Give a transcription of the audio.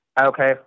Okay